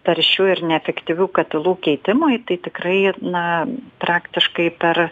taršių ir neefektyvių katilų keitimui tai tikrai na praktiškai per